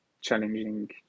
challenging